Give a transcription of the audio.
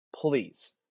Please